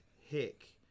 Hick